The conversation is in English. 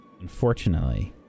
Unfortunately